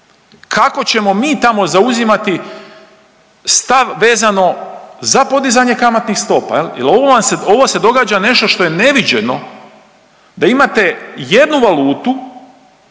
kako ćemo mi tamo zauzimati stav vezano za podizanje kamatnih stopa? Jel ovo se događa nešto što je neviđeno da imate jednu valutu,